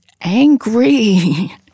angry